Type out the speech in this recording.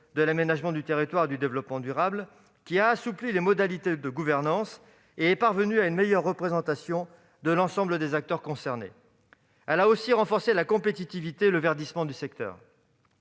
de l'aménagement du territoire et du développement durable, qui a assoupli les modalités de gouvernance et qui est parvenue à une meilleure représentation de l'ensemble des acteurs concernés. La commission a aussi renforcé la compétitivité et le verdissement du secteur.